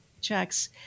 checks